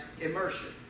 immersion